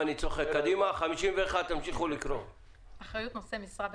בסעיף זה, "נושא משרה"